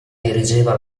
dirigeva